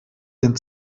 den